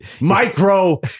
Micro